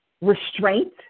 restraint